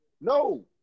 No